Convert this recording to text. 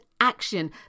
action